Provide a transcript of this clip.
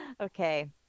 okay